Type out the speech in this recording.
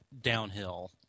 downhill